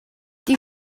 die